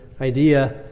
idea